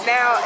Now